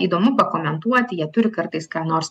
įdomu pakomentuoti jie turi kartais ką nors